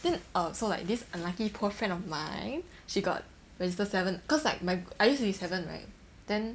then err so like this unlucky poor friend of mine she got register seven cause like my I used to be seven right then